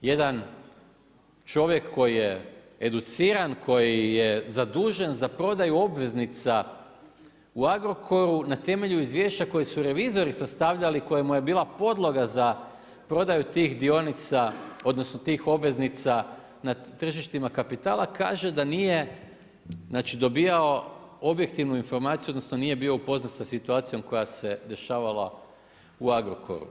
Jedan čovjek koji je educiran, koji je zadužen za prodaju obveznica u Agrokoru na temelju izvješća koje su revizori sastavljali, kojemu je bila podloga za prodaju tih dionica, odnosno tih obveznica na tržištima kapitala kaže da nije, znači dobijao objektivnu informaciju, odnosno nije bio upoznat sa situacijom koja se dešavala u Agrokoru.